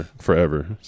forever